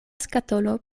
skatolo